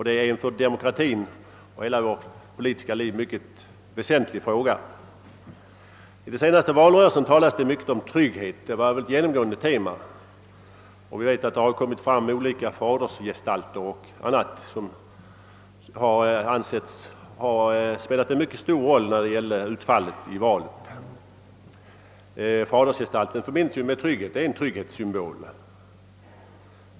Det är en för hela demokratin och hela vårt politiska liv mycket väsentlig fråga. Under den senaste valrörelsen talades mycket om tryggheten; det var det genomgående temat. Det har talats om fadersgestalter, vilka spelat en mycket stor roll för valets utfall. Fadersgestalten är ju en trygghetssymbol.